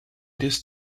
this